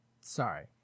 sorry